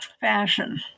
fashion